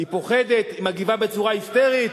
היא פוחדת, היא מגיבה בצורה היסטרית.